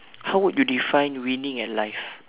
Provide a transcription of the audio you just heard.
how would you define winning at life